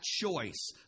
choice